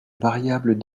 variable